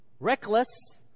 Reckless